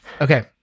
Okay